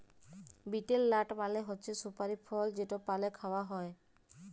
betel nut মালে হছে সুপারি ফল যেট পালে খাউয়া হ্যয়